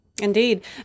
Indeed